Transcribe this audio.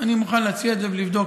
אני מוכן להציע את זה ולבדוק